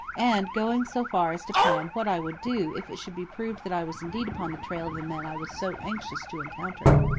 and going so far as to plan what i would do if it should be proved that i was indeed upon the trail of the men i was so anxious to encounter.